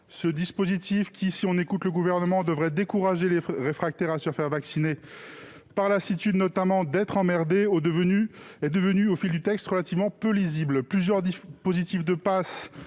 Ce dispositif qui, si l'on en croit le Gouvernement, devrait encourager les réfractaires à se faire vacciner par lassitude d'être « emmerdés », est devenu, au fil du texte relativement peu lisible. Plusieurs types de passes,